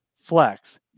flex